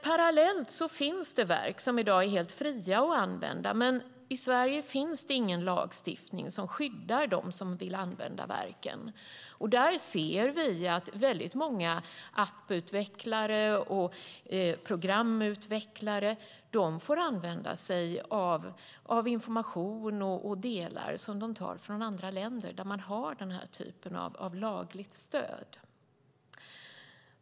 Parallellt finns det verk som i dag är helt fria att använda, men i Sverige finns det ingen lagstiftning som skyddar dem som vill använda verken. Vi ser att många app-utvecklare och programutvecklare får använda sig av information från andra länder där man har den här typen av lagligt stöd.